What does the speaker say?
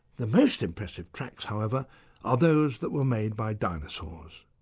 the most impressive tracks however are those that were made by dinosaurs.